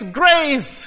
grace